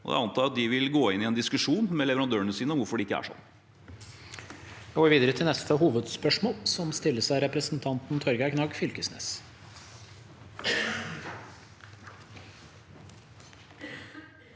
i året. Jeg antar at de vil gå inn i en diskusjon med leverandørene sine om hvorfor det ikke er sånn.